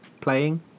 playing